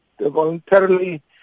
voluntarily